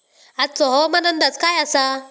आजचो हवामान अंदाज काय आसा?